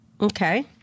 Okay